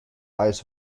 ice